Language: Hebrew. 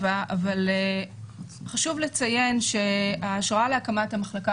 אבל חשוב לציין שההשראה להקמת המחלקה